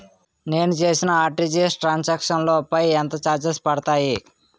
నేను చేసిన RTGS transaction లో పై ఎంత చార్జెస్ పడతాయి?